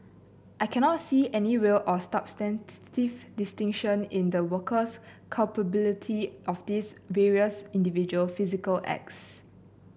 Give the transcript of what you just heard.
I cannot see any real or substantive distinction in the worker's culpability of these various individual physical acts